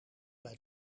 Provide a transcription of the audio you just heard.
bij